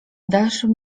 dalszym